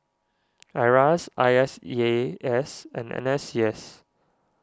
Iras I S E A S and N S C S